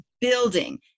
building